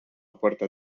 puerta